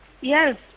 Yes